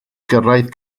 gyrraedd